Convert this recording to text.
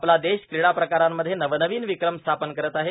आपला देश क्रीडा प्रकारांमध्ये नवनवीन विक्रम स्थापन करीत आहे